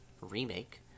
Remake